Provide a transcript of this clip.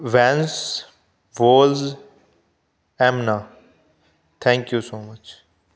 vans ਵੋਜ਼ ਐਮਨਾ thank you so much